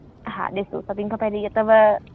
हा ॾिसो सभिनी खां पहिरीं इहा अथव